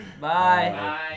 Bye